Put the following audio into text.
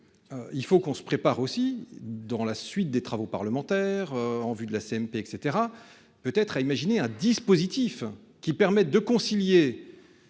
Il faut qu'on se prépare aussi dans la suite des travaux parlementaires en vue de la CMP et cetera. Peut être à imaginer un dispositif qui permette de concilier.